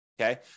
Okay